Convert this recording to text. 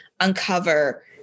uncover